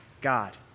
God